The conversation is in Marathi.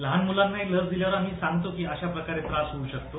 लहान मुलांनाही लस दिल्यानंतर आम्ही सांगतो की अशा प्रकारे त्रास होऊ शकतो